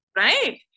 right